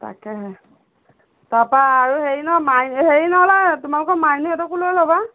তাকেহে তাপা আৰু হেৰি নহয় মাই হেৰি নহ'লে তোমালোকৰ মাইনুহেঁতকো লৈ ল'বা